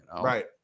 Right